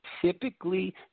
Typically